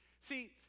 See